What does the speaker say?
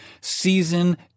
season